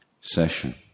session